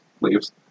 leaves